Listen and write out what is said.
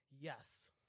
Yes